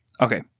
Okay